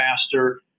faster